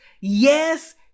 yes